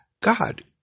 God